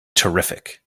terrific